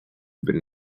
been